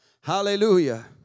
Hallelujah